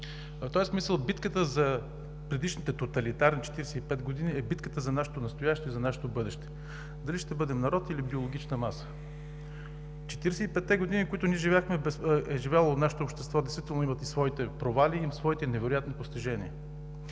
В този смисъл битката за предишните тоталитарни 45 години е битката за нашето настояще и за нашето бъдеще – дали ще бъдем народ или биологична маса. Четиридесет и петте години, в които е живяло нашето общество, действително имат и своите провали, и своите невероятни постижения.